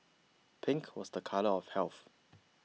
pink was a colour of health